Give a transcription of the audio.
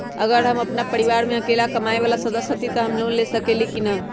अगर हम अपन परिवार में अकेला कमाये वाला सदस्य हती त हम लोन ले सकेली की न?